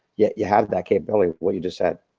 yeah you have that capability, what you just said.